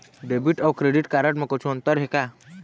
Debit अऊ credit card म कुछू अंतर हे का?